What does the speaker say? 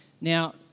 Now